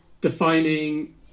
defining